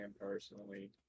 personally